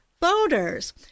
voters